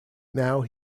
now